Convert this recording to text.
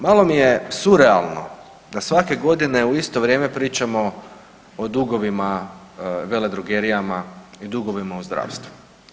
Malo mi je surealno da svake godine u isto vrijeme pričamo o dugovima veledrogerijama i dugovima u zdravstvu.